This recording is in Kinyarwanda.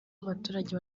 abaturage